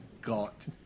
got